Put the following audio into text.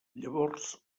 llavors